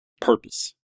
purpose